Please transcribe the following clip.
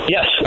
Yes